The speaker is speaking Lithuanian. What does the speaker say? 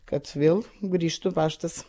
kad vėl grįžtų paštas